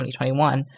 2021